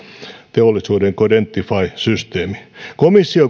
teollisuuden codentify systeemi komissio